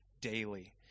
daily